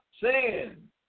Sin